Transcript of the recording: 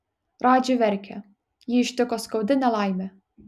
radži verkia jį ištiko skaudi nelaimė